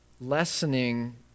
lessening